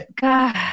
God